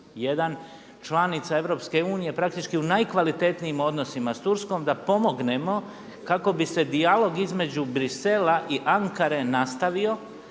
27+1 članica EU praktički u najkvalitetnijim odnosima s Turskom da pomognemo kako bi se dijalog između Brisela i Ankare nastavio